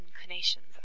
inclinations